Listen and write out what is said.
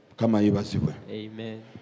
Amen